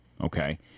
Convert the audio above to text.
okay